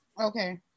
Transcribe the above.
Okay